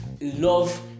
love